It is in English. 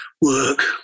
work